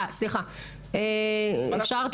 נעבור